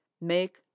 make